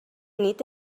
nit